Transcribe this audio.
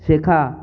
শেখা